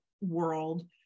world